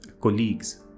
colleagues